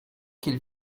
qu’ils